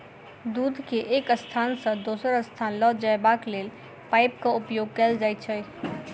दूध के एक स्थान सॅ दोसर स्थान ल जयबाक लेल पाइपक उपयोग कयल जाइत छै